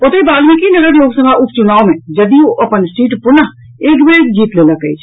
ओतहि वाल्मिकी नगर लोकसभा उप चुनाव मे जदयू अपन सीट पुनः एक बेर जीत लेलक अछि